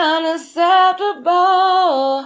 Unacceptable